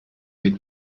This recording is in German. mit